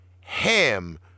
Ham